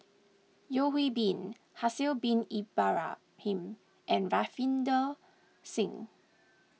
Yeo Hwee Bin Haslir Bin Ibrahim and Ravinder Singh